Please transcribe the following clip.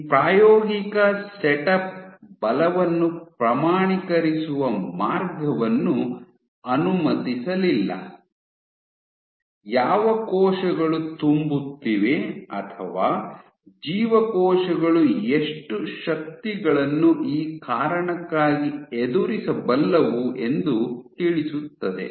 ಈ ಪ್ರಾಯೋಗಿಕ ಸೆಟಪ್ ಬಲವನ್ನು ಪ್ರಮಾಣೀಕರಿಸುವ ಮಾರ್ಗವನ್ನು ಅನುಮತಿಸಲಿಲ್ಲ ಯಾವ ಕೋಶಗಳು ತುಂಬುತ್ತಿವೆ ಅಥವಾ ಜೀವಕೋಶಗಳು ಎಷ್ಟು ಶಕ್ತಿಗಳನ್ನು ಈ ಕಾರಣಕ್ಕಾಗಿ ಎದುರಿಸಬಲ್ಲವು ಎಂದು ತಿಳಿಸುತ್ತದೆ